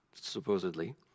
supposedly